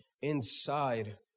Inside